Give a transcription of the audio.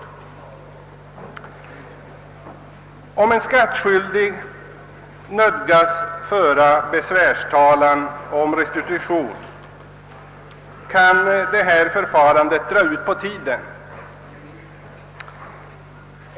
Om en skattskyldig nödgas föra besvärstalan om restitution kan detta förfarande draga ut på tiden.